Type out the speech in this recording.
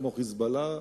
כמו "חיזבאללה",